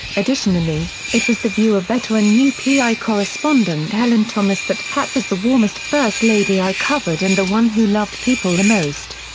additionally, it was the view of veteran upi correspondent helen thomas that pat was the warmest first lady i covered and the one who loved people the most.